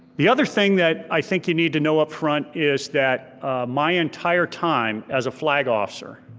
the other thing that i think you need to know up front is that my entire time as a flag officer,